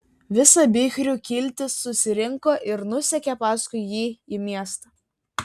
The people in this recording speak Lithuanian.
visa bichrių kiltis susirinko ir nusekė paskui jį į miestą